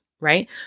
right